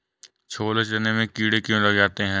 छोले चने में कीड़े क्यो लग जाते हैं?